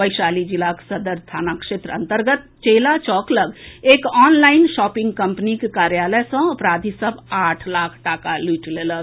वैशाली जिलाक सदर थाना क्षेत्र अन्तर्गत चेला चौक लऽग एक ऑनलाईन शॉपिंग कम्पनीक कार्यालय सँ अपराधी सभ आठ लाख टाका लूटि लेलक